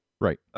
Right